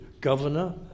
governor